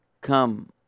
come